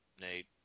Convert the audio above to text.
nate